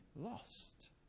lost